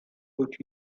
but